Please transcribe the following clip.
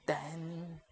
then